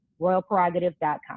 royalprerogative.com